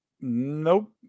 Nope